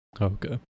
Okay